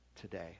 today